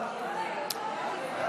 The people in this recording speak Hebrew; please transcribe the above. לא נתקבלה.